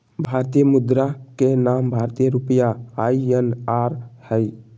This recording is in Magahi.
भारतीय मुद्रा के नाम भारतीय रुपया आई.एन.आर हइ